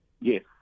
Yes